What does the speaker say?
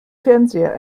fernseher